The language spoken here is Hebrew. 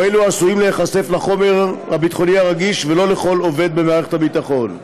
אלו העשויים להיחשף לחומר ביטחוני רגיש ולא לכל עובד במערכת הביטחון.